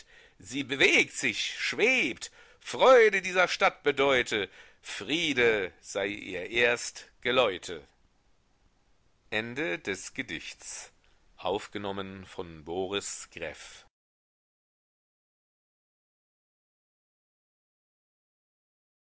sie bewegt sich schwebt freude dieser stadt bedeute friede sei ihr erst geläute